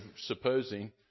supposing